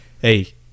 Hey